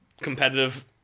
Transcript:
competitive